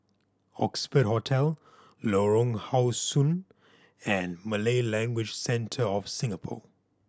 Oxford Hotel Lorong How Sun and Malay Language Centre of Singapore